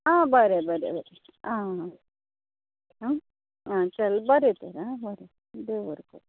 आं बरें बरें बरें आं आं चल बरें तर आं बरें देव बरें करूं